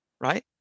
Right